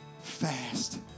Fast